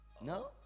No